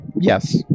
yes